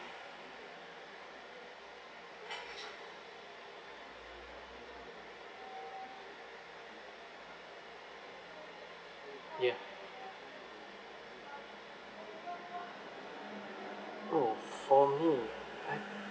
ya oh for me I